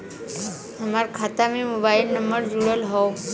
हमार खाता में मोबाइल नम्बर जुड़ल हो?